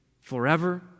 forever